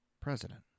president